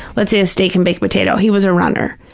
let's say, a steak and baked potato. he was a runner.